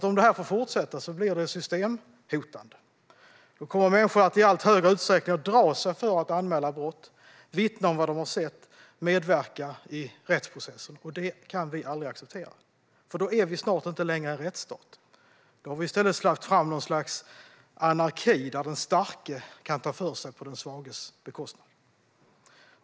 Om detta får fortsätta blir det nämligen systemhotande. Då kommer människor i allt högre utsträckning att dra sig för att anmäla brott, vittna om vad de har sett och medverka i rättsprocessen. Det kan vi aldrig acceptera, för då är vi snart inte längre en rättsstat. Då har vi i stället släppt fram något slags anarki, där den starke kan ta för sig på den svages bekostnad.